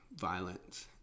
violence